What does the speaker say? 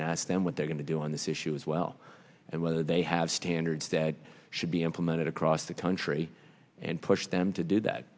and ask them what they're going to do on this issue as well and whether they have standards that should be implemented across the country and push them to do that